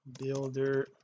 builder